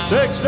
Six